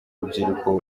rubyiruko